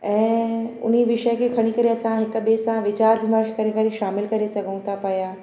ऐं उन विषय खे खणी करे असां हिक ॿिए सां वीचार विमश करे करे शामिलु करे सघूं था पिया